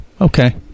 Okay